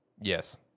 Yes